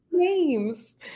Names